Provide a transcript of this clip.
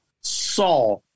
saw